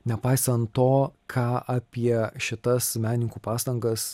nepaisant to ką apie šitas menininkų pastangas